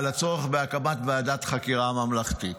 על הצורך בהקמת ועדת חקירה ממלכתית.